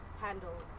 handles